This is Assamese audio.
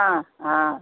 অঁ অঁ